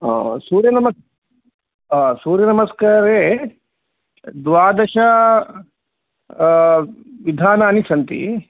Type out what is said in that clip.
आ सूर्यनम सूर्यनमस्कारे द्वादश विधानानि सन्ति